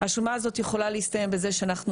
השומה הזאת יכולה להסתיים בזה שאנחנו